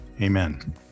amen